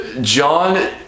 John